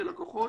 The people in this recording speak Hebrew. כלקוחות,